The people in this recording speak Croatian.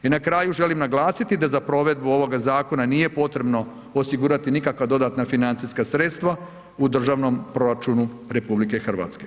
I na kraju, želim naglasiti da za provedbu ovog zakona nije potrebno osigurati nikakva dodatna financijska sredstva u državnom proračunu RH.